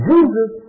Jesus